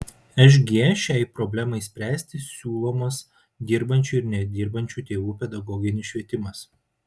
šg šiai problemai spręsti siūlomas dirbančių ir nedirbančių tėvų pedagoginis švietimas